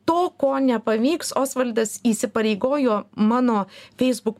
to ko nepavyks osvaldas įsipareigojo mano feisbuk